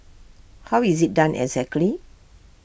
how is IT done exactly